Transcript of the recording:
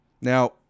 Now